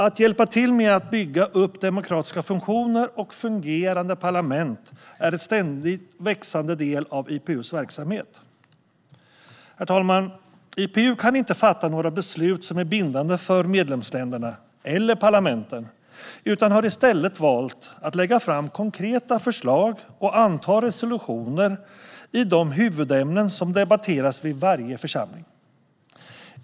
Att hjälpa till med att bygga upp demokratiska funktioner och fungerande parlament är en ständigt växande del av IPU:s verksamhet. IPU kan inte fatta några beslut som är bindande för medlemsländerna eller parlamenten utan har i stället valt att lägga fram konkreta förslag och anta resolutioner i de huvudämnen som debatteras vid varje församling.